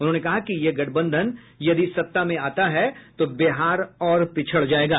उन्होंने कहा कि यह गठबधन यदि सत्ता में आता है तो बिहार और पिछड़ जायेगा